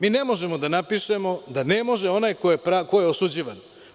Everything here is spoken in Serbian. Mi ne možemo da napišemo da ne može onaj ko je osuđivan.